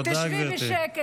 תודה, גברתי.